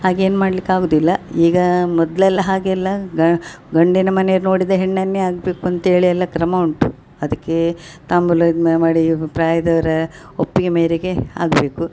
ಆಗೇನು ಮಾಡ್ಲಿಕ್ಕೆ ಆಗುದಿಲ್ಲ ಈಗ ಮೊದಲೆಲ್ಲ ಹಾಗೆಲ್ಲ ಗಂಡಿನ ಮನೆಯವರು ನೋಡಿದ ಹೆಣ್ಣನ್ನೇ ಆಗಬೇಕು ಅಂತ್ಹೇಳಿ ಎಲ್ಲ ಕ್ರಮ ಉಂಟು ಅದಕ್ಕೆ ತಾಂಬೂಲ ಇದನ್ನ ಮಾಡಿ ಪ್ರಾಯದವರ ಒಪ್ಪಿಗೆ ಮೇರೆಗೆ ಆಗಬೇಕು